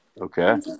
Okay